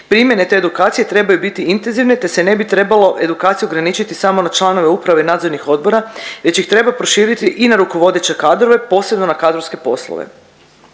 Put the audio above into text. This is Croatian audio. primjene te edukacije trebaju biti intenzivne te se ne bi trebalo edukaciju ograničiti samo na članove uprave i nadzornih odbora već ih treba proširiti i na rukovodeće kadrove, posebno na kadrovske poslove.